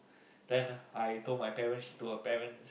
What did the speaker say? then I told my parents she told her parents